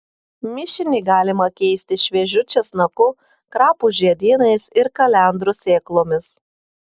mišinį galima keisti šviežiu česnaku krapų žiedynais ir kalendrų sėklomis